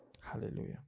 Hallelujah